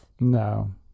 no